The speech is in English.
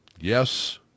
yes